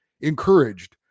encouraged